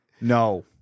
no